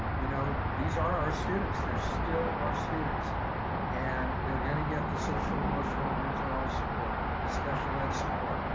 you know these are our students. they're still our students and they're gonna get the social emotional mental health support, the special ed support,